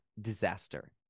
disaster